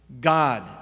God